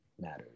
matters